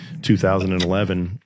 2011